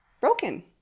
broken